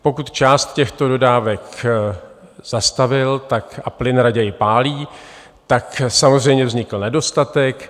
Pokud část těchto dodávek zastavil a plyn raději pálí, tak samozřejmě vznikl nedostatek.